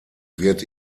wird